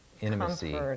intimacy